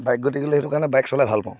bike গতিকেলৈ সেইটো কাৰণে বাইক চলাই ভাল পাওঁ